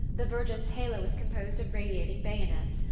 the virgin's halo is composed of radiating bayonets,